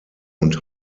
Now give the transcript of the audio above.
und